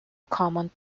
common